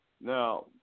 Now